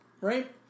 right